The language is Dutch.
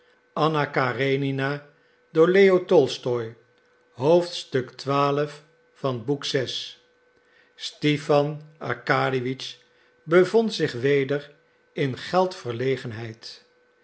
stipan arkadiewitsch bevond zich weder in geldverlegenheid